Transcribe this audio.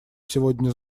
сегодня